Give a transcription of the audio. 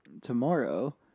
tomorrow